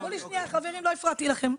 חברים, לא הפרעתי לכם.